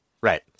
Right